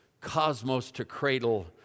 cosmos-to-cradle